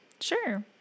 Sure